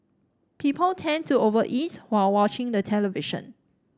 people tend to over eat while watching the television